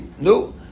no